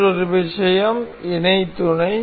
மற்றொரு விஷயம் இணை துணை